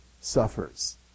suffers